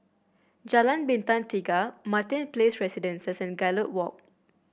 Jalan Bintang Tiga Martin Place Residences and Gallop Walk